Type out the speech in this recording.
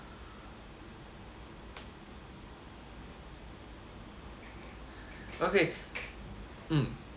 okay mm